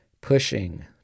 pushing